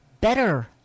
better